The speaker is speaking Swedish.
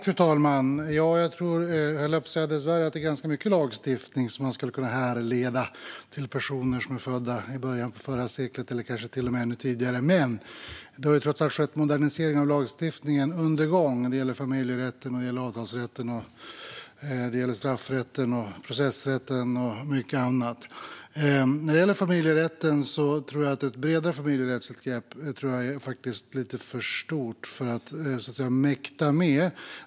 Fru talman! Jag tror - dessvärre, höll jag på att säga - att det är ganska mycket lagstiftning som skulle kunna härledas till personer som föddes i början av förra seklet eller kanske till och med ännu tidigare. Men det har trots allt skett moderniseringar av lagstiftningen under gång; det gäller familjerätten, avtalsrätten, straffrätten, processrätten och mycket annat. När det gäller familjerätten tror jag att ett bredare familjerättsligt grepp faktiskt är lite för stort att mäkta med.